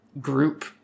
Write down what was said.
group